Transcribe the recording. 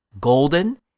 golden